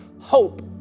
hope